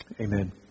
Amen